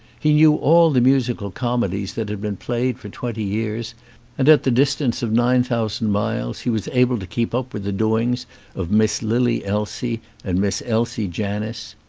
he knew all the musical comedies that had been played for twenty years and at the distance of nine thousand miles he was able to keep up with the doings of miss lily elsie and miss elsie janis.